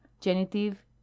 genitive